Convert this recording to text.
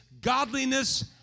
godliness